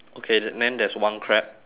okay then there's one crab